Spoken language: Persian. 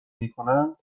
میکند